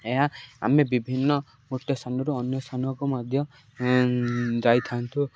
ଏହା ଆମେ ବିଭିନ୍ନ ଗୋଟେ ସ୍ଥାନରୁ ଅନ୍ୟ ସ୍ଥାନକୁ ମଧ୍ୟ ଯାଇଥାନ୍ତୁ